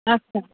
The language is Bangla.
আচ্ছা